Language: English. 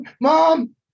Mom